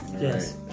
yes